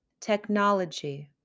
technology